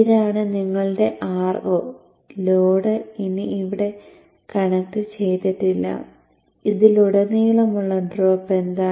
ഇതാണ് നിങ്ങളുടെ Ro load ഇനി ഇവിടെ കണക്റ്റ് ചെയ്തിട്ടില്ല ഇതിലുടനീളമുള്ള ഡ്രോപ്പ് എന്താണ്